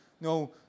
No